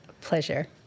pleasure